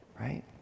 right